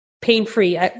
pain-free